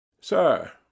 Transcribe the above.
Sir